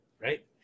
Right